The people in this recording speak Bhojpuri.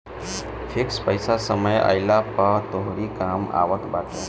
फिक्स पईसा समय आईला पअ तोहरी कामे आवत बाटे